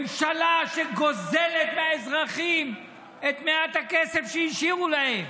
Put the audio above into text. ממשלה שגוזלת מהאזרחים את מעט הכסף שהשאירו להם.